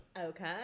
Okay